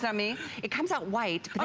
ah i mean it comes out why,